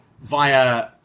via